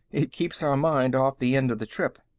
it keeps our mind off the end of the trip.